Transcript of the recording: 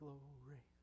Glory